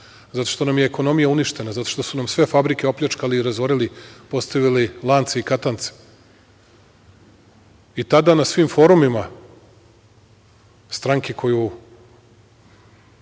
zato što nam je ekonomija uništena, zato što su nam sve fabrike opljačkali i razorili, postavili lance i katance i tada na svim forumima stranke koju